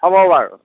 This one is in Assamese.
হ'ব বাৰু